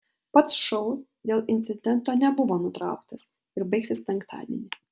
pats šou dėl incidento nebuvo nutrauktas ir baigsis penktadienį